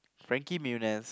Frankie-Muniz